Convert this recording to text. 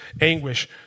anguish